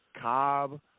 Cobb